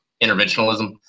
interventionalism